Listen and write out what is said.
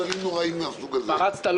דברים נוראים מהסוג הזה --- שר התחבורה